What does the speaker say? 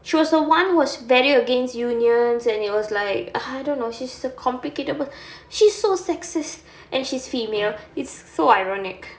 she was the [one] who was very against unions and it was like I don't know she's a complicated pers~ she's so sexist and she's female it's so ironic